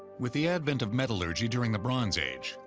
with the advent of metallurgy during the bronze age,